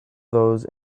those